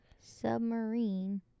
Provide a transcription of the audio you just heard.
submarine